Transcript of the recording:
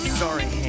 sorry